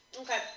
Okay